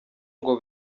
ngo